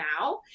now